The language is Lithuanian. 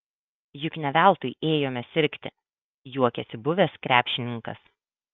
juk ne veltui ėjome sirgti juokėsi buvęs krepšininkas